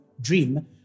dream